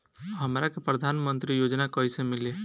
हमरा के प्रधानमंत्री योजना कईसे मिली?